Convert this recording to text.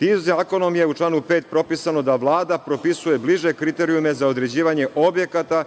i zakonom je u članu 5. propisano da Vlada propisuje bliže kriterijume za određivanje objekata